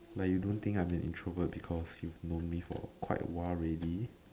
like you don't think I'm an introvert because you've known me for quite a while already